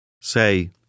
Say